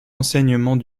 enseignements